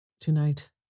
Tonight